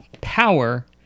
power